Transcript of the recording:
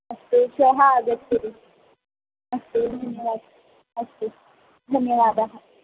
अस्तु श्वः आगच्छतु अस्तु धन्यवादः अस्तु धन्यवादः